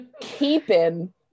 keeping